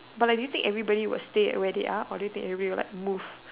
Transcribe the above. but like do you think everybody will stay where they are or do you think everybody will like move